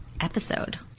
episode